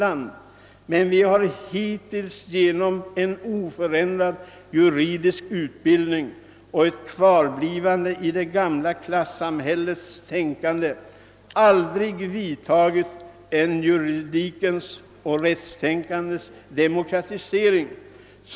Jag vidhåller mitt yrkande om bifall till utskottets förslag.